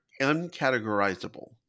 uncategorizable